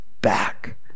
back